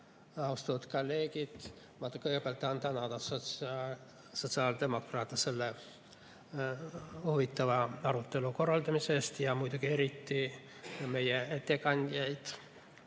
Austatud kolleegid! Ma kõigepealt tahan tänada sotsiaaldemokraate selle huvitava arutelu korraldamise eest ja muidugi eriti meie ettekandjaid,